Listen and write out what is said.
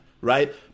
right